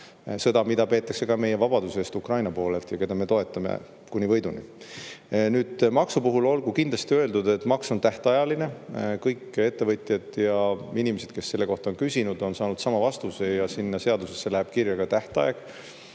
sõda, mida peetakse ka meie vabaduse eest Ukrainas, ja Ukrainat me toetame kuni võiduni. Maksu puhul olgu kindlasti öeldud, et maks on tähtajaline. Kõik ettevõtjad ja inimesed, kes selle kohta on küsinud, on saanud sama vastuse: sinna seadusesse läheb kirja ka tähtaeg.